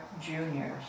juniors